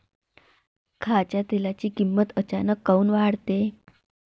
खाच्या तेलाची किमत अचानक काऊन वाढते?